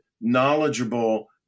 knowledgeable